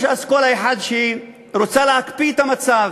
יש אסכולה אחת שרוצה להקפיא את המצב,